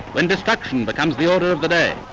when destruction becomes the order of the day?